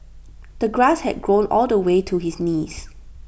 the grass had grown all the way to his knees